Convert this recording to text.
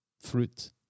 fruit